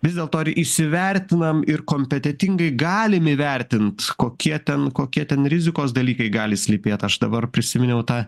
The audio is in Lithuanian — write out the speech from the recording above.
vis dėlto ar įsivertinam ir kompetentingai galim įvertint kokie ten kokie ten rizikos dalykai gali slypėt aš dabar prisiminiau tą